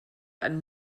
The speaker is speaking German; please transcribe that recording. ein